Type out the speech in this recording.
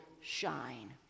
shine